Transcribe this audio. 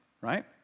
right